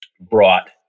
brought